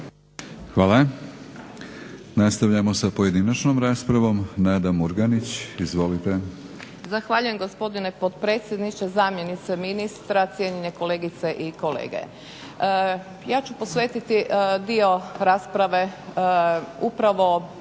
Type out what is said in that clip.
Hvala. Nastavljamo sa pojedinačnom raspravom. Nada Murganić, izvolite. **Murganić, Nada (HDZ)** Zahvaljujem gospodine potpredsjedniče, zamjenice ministra, cijenjene kolegice i kolege. Ja ću posvetiti dio rasprave upravo